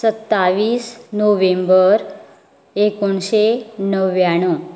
सत्तावीस नोव्हेंबर एकोणीशें णव्याण्णव